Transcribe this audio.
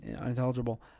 unintelligible